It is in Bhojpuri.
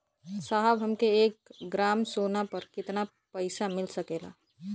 साहब हमके एक ग्रामसोना पर कितना पइसा मिल सकेला?